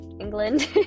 England